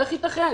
איך יתכן?